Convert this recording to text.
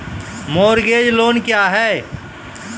Mortgage loan क्या है?